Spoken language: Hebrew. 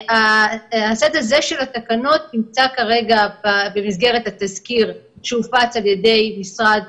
הסט הזה של התקנות נמצא כרגע במסגרת התזכיר שהופץ על-ידי משרד